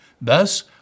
Thus